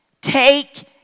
Take